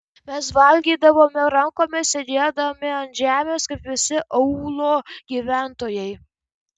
mes valgydavome rankomis sėdėdami ant žemės kaip visi aūlo gyventojai